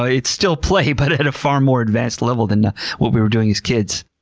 ah it's still play, but at a far more advanced level than what we were doing as kids.